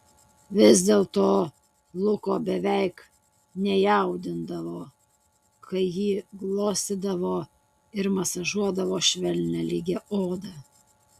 vis dėlto luko beveik nejaudindavo kai ji glostydavo ir masažuodavo švelnią lygią odą